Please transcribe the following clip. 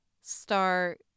start